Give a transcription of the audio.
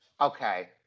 okay